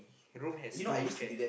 room has two chair